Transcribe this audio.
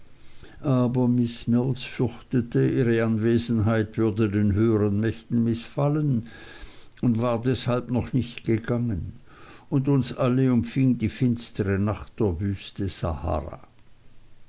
aber miß mills fürchtete ihre anwesenheit würde den höheren mächten mißfallen und war deshalb noch nicht gegangen und uns alle umfing die finstere nacht der wüste sahara